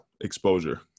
exposure